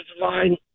line